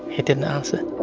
he didn't answer.